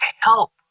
help